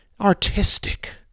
artistic